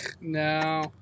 No